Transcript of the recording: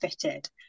fitted